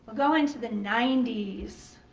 go into the ninety s.